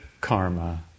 karma